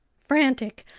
frantic,